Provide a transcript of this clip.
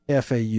FAU